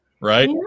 Right